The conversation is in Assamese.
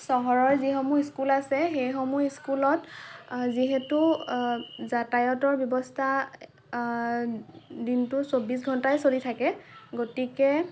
চহৰৰ যিসমূহ স্কুল আছে সেইসমূহ স্কুলত যিহেতু যাতায়তৰ ব্যৱস্থা দিনটোৰ চৌবিশ ঘণ্টাই চলি থাকে গতিকে